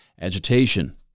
agitation